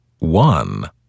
One